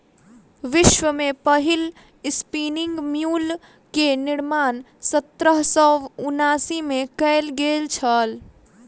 विश्व में पहिल स्पिनिंग म्यूल के निर्माण सत्रह सौ उनासी में कयल गेल छल